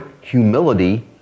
humility